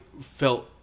felt